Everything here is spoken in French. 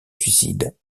suicide